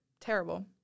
Terrible